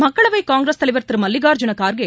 மக்களவை காங்கிரஸ் தலைவர் திரு மல்லிகார்ஜூன கார்கே